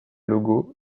logos